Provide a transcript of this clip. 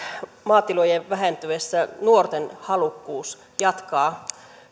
maatilojen vähentyessä nuorten halukkuus jatkaa